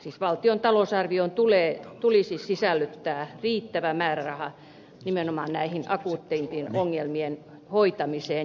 siis valtion talousarvioon tulisi sisällyttää riittävä määräraha nimenomaan näiden akuuttien ongelmien hoitamiseen